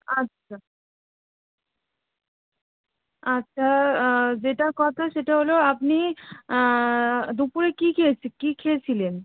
আচ্ছা আচ্ছা যেটা কথা সেটা হলো আপনি দুপুরে কি খেয়ে কি খেয়েছিলেন